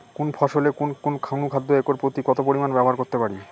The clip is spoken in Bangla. কোন ফসলে কোন কোন অনুখাদ্য একর প্রতি কত পরিমান ব্যবহার করতে পারি?